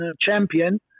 champion